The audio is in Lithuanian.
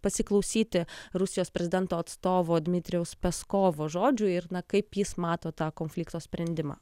pasiklausyti rusijos prezidento atstovo dmitrijaus peskovo žodžių ir na kaip jis mato tą konflikto sprendimą